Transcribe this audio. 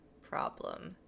problem